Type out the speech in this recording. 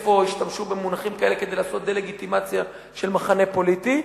איפה השתמשו במונחים כאלה כדי לעשות דה-לגיטימציה של מחנה פוליטי,